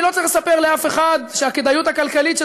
אני לא צריך לספר לאף אחד שהכדאיות הכלכלית של